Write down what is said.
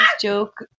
Joke